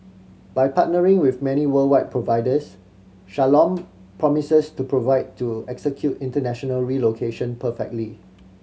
by partnering with many worldwide providers Shalom promises to provide to execute international relocation perfectly